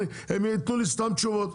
הם יתנו לי סתם תשובות.